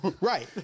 Right